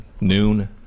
noon